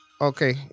Okay